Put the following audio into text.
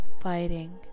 fighting